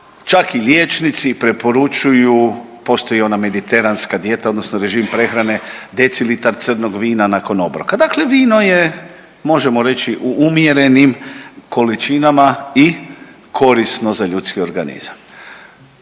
čak i liječnici preporučuju, postoji ona mediteranska dijeta odnosno režim prehrane, decilitar crnog vina nakon obroka, dakle vino je možemo reći u umjerenim količinama i korisno za ljudski organizam,